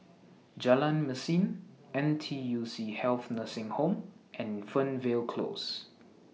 Jalan Mesin N T U C Health Nursing Home and Fernvale Close